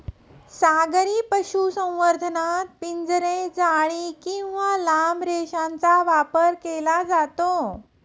सागरी पशुसंवर्धनात पिंजरे, जाळी किंवा लांब रेषेचा वापर केला जातो